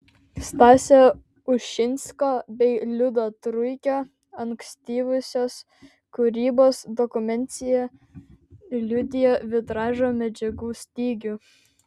stasio ušinsko bei liudo truikio ankstyvosios kūrybos dokumentacija liudija vitražo medžiagų stygių